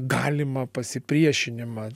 galimą pasipriešinimą